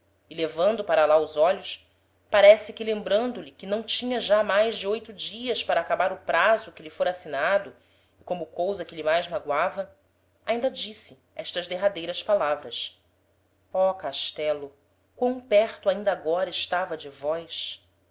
e levando para lá os olhos parece que lembrando lhe que não tinha já mais de oito dias para acabar o praso que lhe fôra assinado e como cousa que lhe mais magoava ainda disse estas derradeiras palavras ó castelo quam perto ainda agora estava de vós